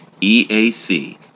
EAC